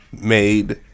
made